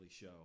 show